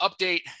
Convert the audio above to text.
update